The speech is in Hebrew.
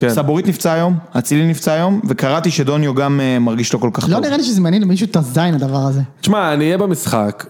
סבורית נפצה היום, הצילי נפצה היום, וקראתי שדוניו גם מרגיש לו כל כך טוב. לא נראה לי שזמנים למישהו את הזין הדבר הזה. תשמע, אני אהיה במשחק.